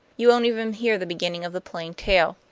you won't even hear the beginning of the plain tale.